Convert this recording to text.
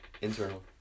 internal